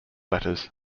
letters